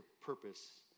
purpose